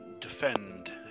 defend